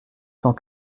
cent